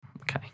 okay